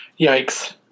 Yikes